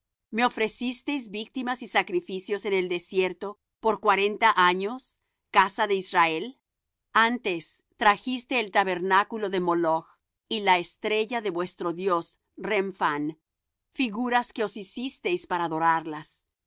me ofrecisteis víctimas y sacrificios en el desierto por cuarenta años casa de israel antes trajisteis el tabernáculo de moloch y la estrella de vuestro dios remphan figuras que os hicisteis para adorarlas